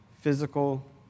physical